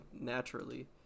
naturally